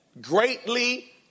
greatly